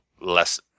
less